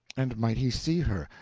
and might he see her?